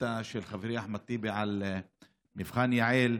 השאילתה של חברי אחמד טיבי על מבחן יע"ל,